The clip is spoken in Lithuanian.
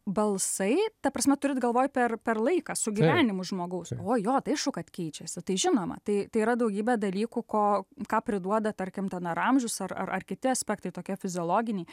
balsai ta prasme turit galvoj per per laiką su gyvenimu žmogaus o jo tai aišku kad keičiasi tai žinoma tai tai yra daugybė dalykų ko ką priduoda tarkim ten ar amžius ar ar ar kiti aspektai tokie fiziologiniai